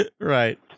Right